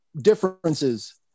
differences